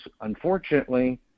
unfortunately